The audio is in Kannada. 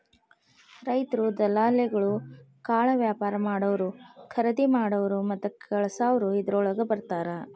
ರೈತ್ರು, ದಲಾಲಿಗಳು, ಕಾಳವ್ಯಾಪಾರಾ ಮಾಡಾವ್ರು, ಕರಿದಿಮಾಡಾವ್ರು ಮತ್ತ ಕಳಸಾವ್ರು ಇದ್ರೋಳಗ ಬರ್ತಾರ